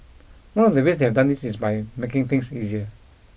one of the ways they have done this is by making things easier